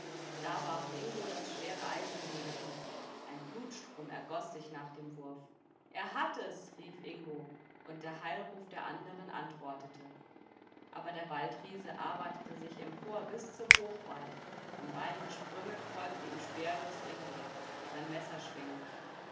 da warf ingo das schwere eisen gegen ihn ein blutstrom ergoß sich nach dem wurf er hat es rief ingo und der heilruf der anderen antwortete aber der waldriese arbeitete sich empor bis zum hochwald in weiten sprüngen folgte ihm speerlos ingo sein messer schwingend